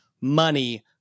money